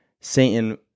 Satan